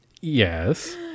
yes